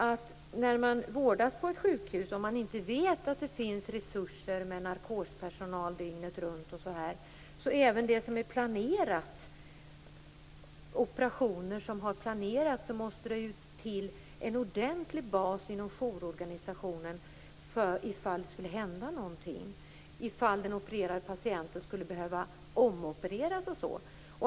När någon vårdas på sjukhus och man inte vet om det finns resurser i form av narkospersonal dygnet runt osv. måste det också för planerade operationer till en ordentlig bas inom jourorganisationen ifall någonting skulle hända, t.ex. om den opererade patienten skulle behöva omopereras.